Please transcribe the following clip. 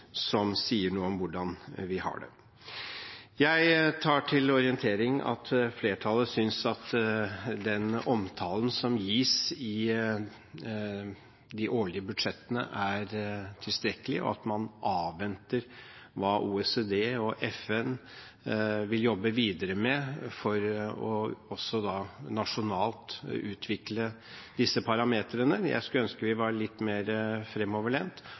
som sier noe om hvordan vi har det. Jeg tar til orientering at flertallet synes at den omtalen som gis i de årlige budsjettene, er tilstrekkelig, og at man avventer hva OECD og FN vil jobbe videre med for nasjonalt å utvikle disse parameterne. Jeg skulle ønske vi var litt mer